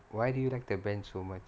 why do you like the bench so much